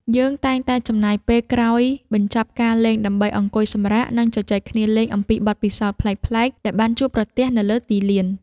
យើងតែងតែចំណាយពេលក្រោយបញ្ចប់ការលេងដើម្បីអង្គុយសម្រាក និងជជែកគ្នាលេងអំពីបទពិសោធន៍ប្លែកៗដែលបានជួបប្រទះនៅលើទីលាន។